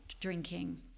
drinking